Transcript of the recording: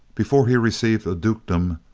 before he received a dukedom,